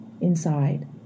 inside